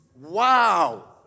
Wow